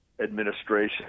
administration